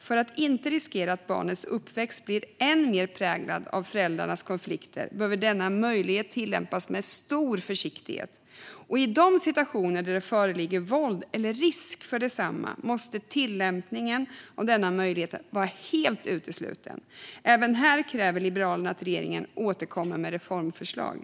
För att inte riskera att barnets uppväxt blir än mer präglad av föräldrarnas konflikter behöver denna möjlighet tillämpas med stor försiktighet, och i situationer där det föreligger våld eller risk för våld måste tillämpningen av denna möjlighet vara helt utesluten. Även här kräver Liberalerna att regeringen återkommer med reformförslag.